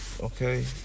Okay